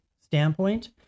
standpoint